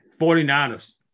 49ers